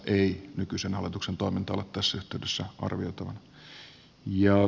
ei nykyisen hallituksen toiminta ole tässä yhteydessä arvioitavana